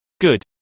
Good